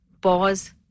pause